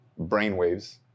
brainwaves